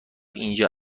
اینجا